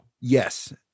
Yes